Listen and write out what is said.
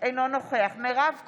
אינו נוכח מירב כהן,